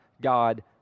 God